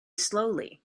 slowly